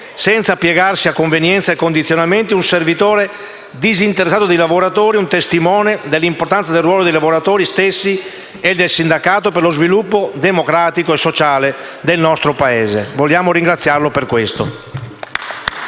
senza piegarsi a convenienze e condizionamenti. Grandi è stato un servitore disinteressato dei lavoratori, un testimone dell'importanza del ruolo dei lavoratori stessi e del sindacato per lo sviluppo democratico e sociale del nostro Paese; vogliamo ringraziarlo per questo.